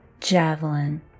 Javelin